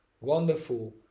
wonderful